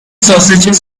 sausages